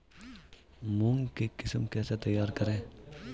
मूंग की किस्म कैसे तैयार करें?